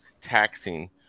taxing